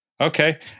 Okay